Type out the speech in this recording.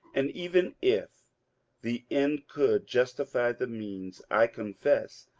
and even if the end could justify the means, i confess,